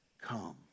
come